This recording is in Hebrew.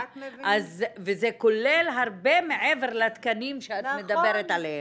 וזה כולל הרבה מעבר לתקנים שאת מדברת עליהם.